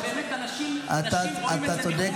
באמת אנשים רואים את זה מחו"ל,